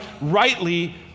rightly